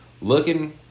looking